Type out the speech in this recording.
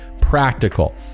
practical